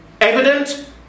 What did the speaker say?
evident